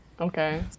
Okay